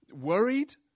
worried